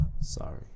sorry